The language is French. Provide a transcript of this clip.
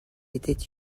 était